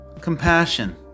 compassion